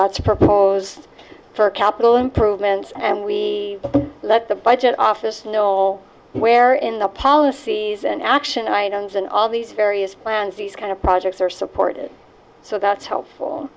that's proposed for capital improvements and we let the budget office know where in the policies and action items and all these various plans these kind of projects are supported so that's helpful